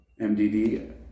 MDD